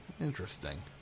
Interesting